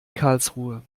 karlsruhe